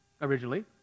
originally